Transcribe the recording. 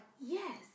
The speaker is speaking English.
yes